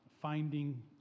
finding